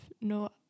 no